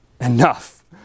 enough